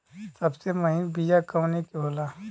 सबसे महीन बिया कवने के होला?